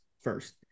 first